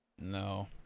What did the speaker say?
No